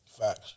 Facts